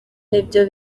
nibyo